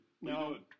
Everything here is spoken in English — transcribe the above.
No